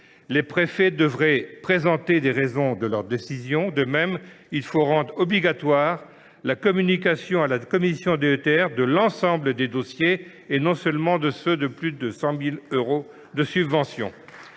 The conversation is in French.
Les préfets devraient présenter les raisons de leurs décisions. De même, il faut rendre obligatoire la communication à la commission d’élus de l’ensemble des dossiers déposés, et non pas seulement de ceux qui demandent plus de 100 000 euros de subventions.